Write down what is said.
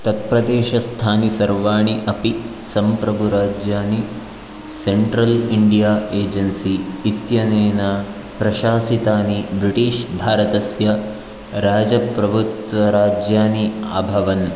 तत्प्रदेशस्थानि सर्वाणि अपि सम्प्रभुराज्यानि सेण्ट्रल् इण्डिया एजेन्सि इत्यनेन प्रशासितानि ब्रिटिश् भारतस्य राजप्रभुत्वराज्यानि अभवन्